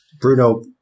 Bruno